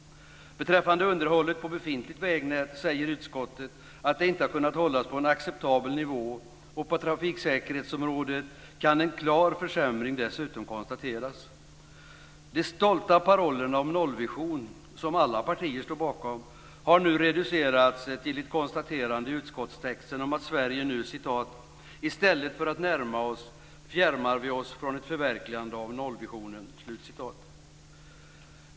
Beträffande underhållet på befintligt vägnät säger utskottet att det inte har kunnat hållas på en acceptabel nivå, och på trafiksäkerhetsområdet kan en klar försämring dessutom konstateras. De stolta parollerna om en nollvision, som alla partier står bakom, har nu i utskottstexten reducerats till ett konstaterande om läget i Sverige: "I stället för att närma oss, fjärmar vi oss från ett förverkligande av nollvisionen".